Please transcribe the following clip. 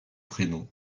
prénom